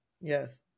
Yes